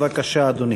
בבקשה, אדוני.